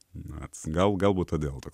na gal galbūt todėl ta